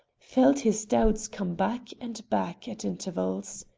felt his doubts come back and back at intervals.